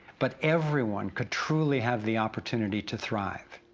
but everyone could truly have the opportunity to thrive.